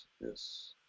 yes